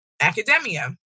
academia